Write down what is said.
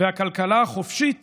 והכלכלה החופשית